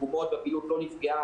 התרומות והפעילות לא נפגעה.